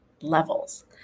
levels